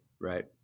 right